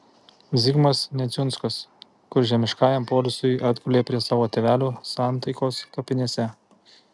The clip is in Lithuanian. zigmas neciunskas kur žemiškajam poilsiui atgulė prie savo tėvelių santaikos kapinėse